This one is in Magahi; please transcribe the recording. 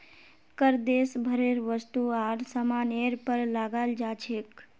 कर देश भरेर वस्तु आर सामानेर पर लगाल जा छेक